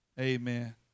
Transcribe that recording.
Amen